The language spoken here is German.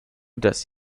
dass